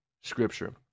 scripture